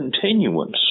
continuance